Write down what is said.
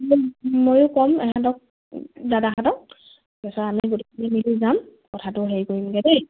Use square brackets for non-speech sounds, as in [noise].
ময়ো ক'ম এহেঁতক দাদাহঁতক [unintelligible] আমি গোটেইখিনি মিলি যাম কথাটো হেৰি কৰিমগে দেই